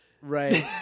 right